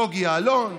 בוגי יעלון,